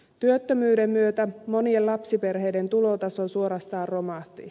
työttömyyden myötä monien lapsiperheiden tulotaso suorastaan romahti